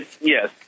yes